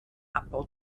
abbau